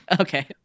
okay